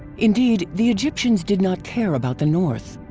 indeed, the egyptians did not care about the north.